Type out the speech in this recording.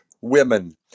women